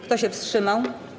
Kto się wstrzymał?